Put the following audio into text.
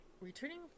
Returning